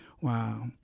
Wow